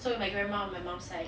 so with my grandma on my mum side